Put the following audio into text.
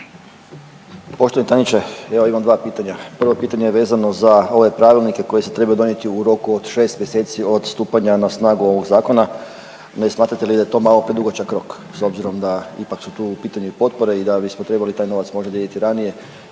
Poštovani tajniče evo imam dva pitanja, prvo pitanje je vezano za ove pravilnike koji se trebaju donijeti u roku od 6 mjeseci od stupanja na snagu ovog zakona, ne smatra li da je to malo predugačak rok s obzirom da ipak su tu u pitanju i potpore i da bismo trebali taj novac možda dijeliti ranije?